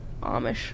Amish